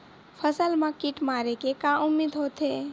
फसल मा कीट मारे के का उदिम होथे?